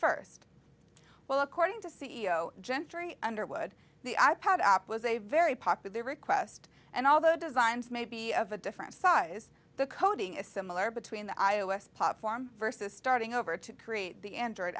first well according to c e o gentry underwood the i pad app was a very popular request and although designs may be of a different size the coding is similar between the i o s platform versus starting over to create the